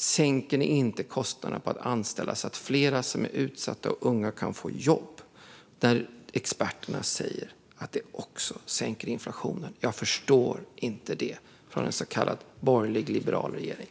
sänker ni inte kostnaderna för att anställa så att fler som är utsatta och unga kan få jobb? Företagen ber om det, näringslivet ber om det, och de som söker jobb ber om det. Experterna säger att det också sänker inflationen. Jag förstår inte detta från en så kallad borgerlig, liberal regering.